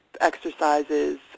exercises